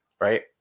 right